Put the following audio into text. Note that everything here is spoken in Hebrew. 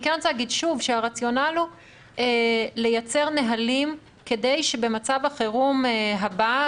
אני רוצה להגיד שוב שהרציונל הוא לייצר נהלים כדי שבמצב החירום הבא,